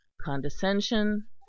condescension